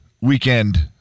weekend